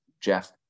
Jeff